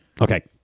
Okay